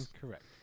correct